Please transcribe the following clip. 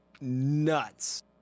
nuts